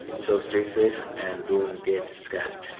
so stay safe and don't get scammed!